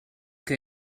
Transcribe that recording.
que